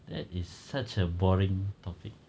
that is such a boring topic